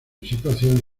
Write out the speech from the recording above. situación